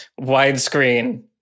widescreen